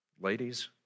Ladies